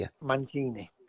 Mancini